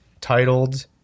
Titled